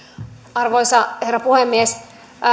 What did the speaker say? arvoisa herra puhemies